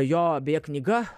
jo beje knyga